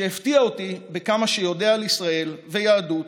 שהפתיע אותי בכמה שהוא יודע על ישראל ויהדות,